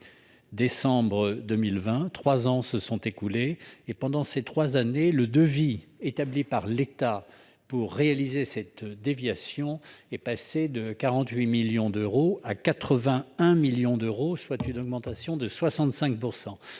et décembre 2020, trois ans se sont écoulés. Pendant ces trois années, le devis établi par l'État pour réaliser cette déviation est passé de 48 millions d'euros à 81 millions d'euros, soit une augmentation de 65 %.